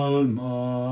Alma